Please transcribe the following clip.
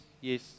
yes